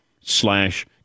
slash